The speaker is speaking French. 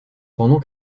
pendant